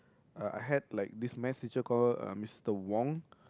uh I had like this maths teacher called Mister-Wong